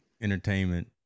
entertainment